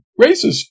racist